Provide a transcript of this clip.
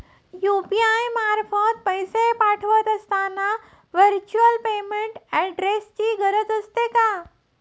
UPI मार्फत पैसे पाठवत असताना व्हर्च्युअल पेमेंट ऍड्रेसची गरज असते का?